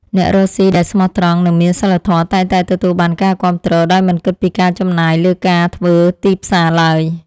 អ្នករកស៊ីដែលស្មោះត្រង់និងមានសីលធម៌តែងតែទទួលបានការគាំទ្រដោយមិនគិតពីការចំណាយលើការធ្វើទីផ្សារឡើយ។